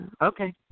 Okay